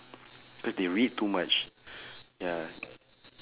cause they read too much ya